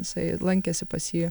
jisai lankėsi pas jį